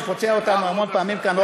שפוצע אותנו המון פעמים כאן,